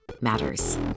Matters